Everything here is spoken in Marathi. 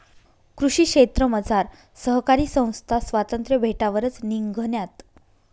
कृषी क्षेत्रमझार सहकारी संस्था स्वातंत्र्य भेटावरच निंघण्यात